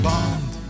Bond